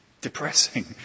depressing